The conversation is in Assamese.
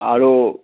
আৰু